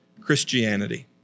Christianity